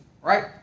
Right